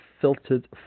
Filtered